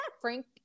Frank